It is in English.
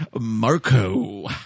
Marco